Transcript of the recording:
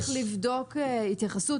צריך לבדוק התייחסות.